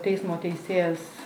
teismo teisėjas